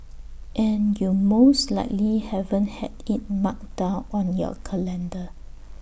and you most likely haven't had IT marked down on your calendar